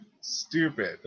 stupid